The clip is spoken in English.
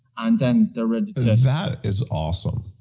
and then the that is awesome.